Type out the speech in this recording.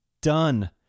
Done